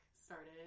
started